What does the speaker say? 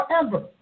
forever